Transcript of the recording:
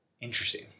Interesting